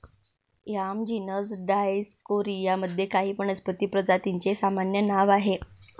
yam genus Dioscorea मध्ये काही वनस्पती प्रजातींचे सामान्य नाव आहे